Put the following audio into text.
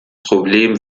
problem